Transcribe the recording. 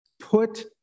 put